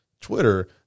Twitter